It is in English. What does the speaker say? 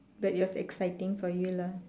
that it was exciting for you lah